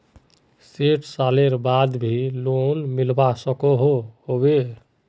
सैट सालेर बाद भी लोन मिलवा सकोहो होबे?